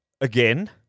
again